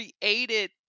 created